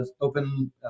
open